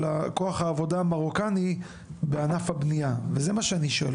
כוח העבודה המרוקני בענף הבנייה וזאת השאלה,